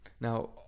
Now